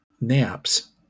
naps